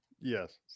Yes